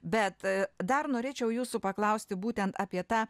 bet dar norėčiau jūsų paklausti būten apie tą